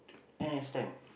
n_s time